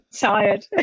Tired